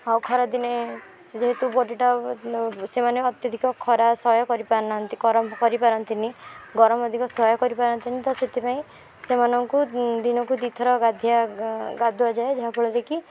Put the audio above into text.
ଆଉ ଖରା ଦିନେ ସେ ଯେହେତୁ ବଡ଼ିଟା ସେମାନେ ଅତ୍ୟଧିକ ଖରା ସହ୍ୟ କରି ପାରୁନାହାଁନ୍ତି ଗରମ କରି ପାରନ୍ତିନି ଗରମ ଅଧିକ ସହ୍ୟ କରି ପାରନ୍ତିନି ତ ସେଥିପାଇଁ ସେମାନଙ୍କୁ ଦିନକୁ ଦୁଇ ଥର ଗାଧେଇବା ଗାଧୁଆ ଯାଏ ଯାହା ଫଳରେ କି